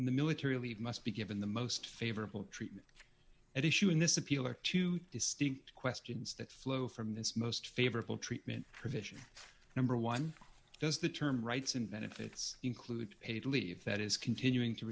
in the military leave must be given the most favorable treatment at issue in this appeal are two distinct questions that flow from this most favorable treatment provision number one does the term rights and benefits include paid leave that is continuing to